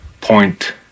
point